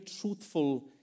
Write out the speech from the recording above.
truthful